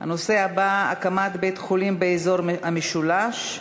הקמת בית-חולים באזור המשולש,